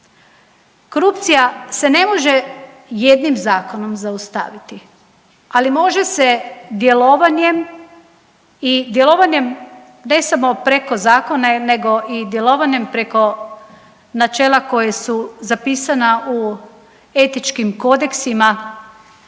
Korupcija se ne može jednim zakonom zaustaviti, ali može se djelovanjem i djelovanjem ne samo preko zakona nego i djelovanjem preko načela koja su zapisana u etičkim kodeksima